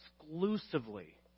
exclusively